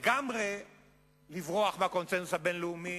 לגמרי לברוח מהקונסנזוס הבין-לאומי,